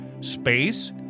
space